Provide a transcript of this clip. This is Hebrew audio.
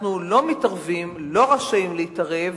אנחנו לא מתערבים, לא רשאים להתערב,